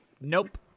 Nope